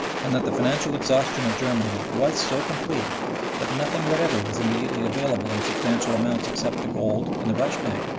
and that the financial exhaustion of germany was so complete that nothing whatever was immediately available in substantial amounts except the gold in the reichsbank.